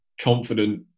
confident